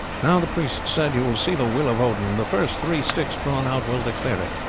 now, the priest said, you will see the will of odin the first three sticks drawn out will declare it.